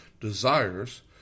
desires